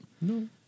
No